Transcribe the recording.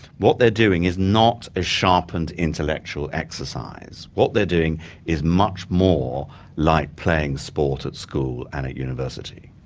what they're doing is not a sharpened intellectual exercise what they're doing is much more like playing sport at school and at university.